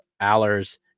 Allers